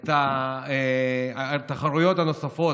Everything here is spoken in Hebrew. את התחרויות הנוספות.